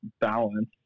balance